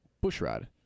Bushrod